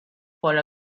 for